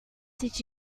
did